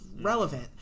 relevant